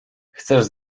chcesz